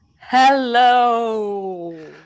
Hello